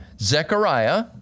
Zechariah